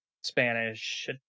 spanish